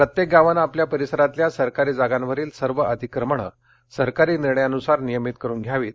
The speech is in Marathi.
प्रत्येक गावानं आपल्या परिसरातल्या सरकारी जागांवरील सर्व अतिक्रमणं सरकारी निर्णयानुसार नियमित करून घ्यावीत